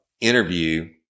interview